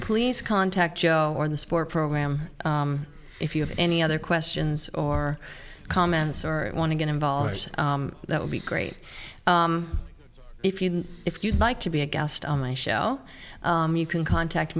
please contact joe for the sport program if you have any other questions or comments or want to get involved that would be great if you can if you'd like to be a guest on my show you can contact